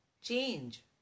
change